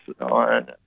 on